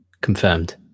confirmed